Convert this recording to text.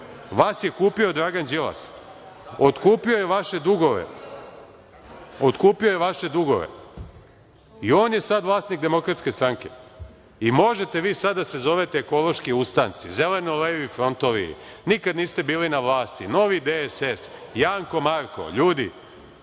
vas je kupio Dragan Đilas. Otkupio je vaše dugove. Otkupio je vaše dugove i on je sad vlasnik DS. Možete vi sad da se zovete Ekološki ustanci, Zeleno-levi frontovi, nikad niste bili na vlasti, Novi DSS, Janko, Marko, ljudi,